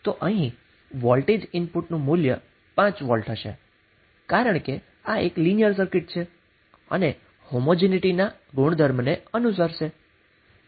તો અહીં voltage input મૂલ્ય 5 વોલ્ટ હશે કારણ કે આ એક લીનીયર સર્કિટ છે અને તે હોમોજીનીટીના ગુણધર્મને અનુસરશે